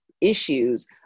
issues